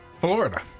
Florida